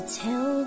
tell